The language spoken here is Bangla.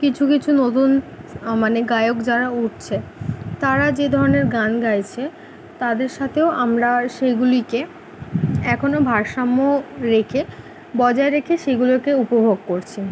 কিছু কিছু নতুন মানে গায়ক যারা উঠছে তারা যে ধরনের গান গাইছে তাদের সাথেও আমরা সেগুলিকে এখনো ভারসাম্য রেখে বজায় রেখে সেগুলোকে উপভোগ করছি